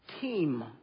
team